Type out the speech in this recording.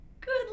Good